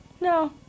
no